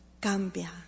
cambia